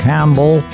Campbell